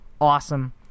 awesome